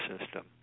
system